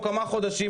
או כמה חודשים,